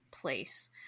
place